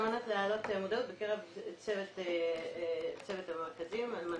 על מנת להעלות מודעות בקרב צוות המרכזים כדי